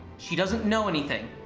she doesn't know anything.